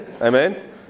Amen